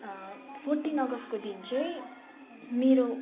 fourteen अगस्टको दिन चाहिँ मेरो